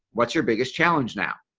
what's your biggest challenge now?